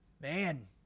Man